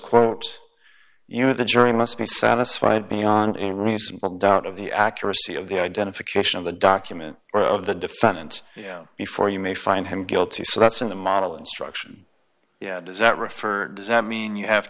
quote you the jury must be satisfied beyond a reasonable doubt of the accuracy of the identification of the document or of the defendant you know before you may find him guilty so that's in the model instruction does that refer does that mean you have